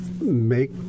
make